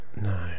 no